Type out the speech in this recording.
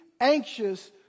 anxious